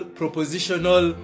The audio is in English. propositional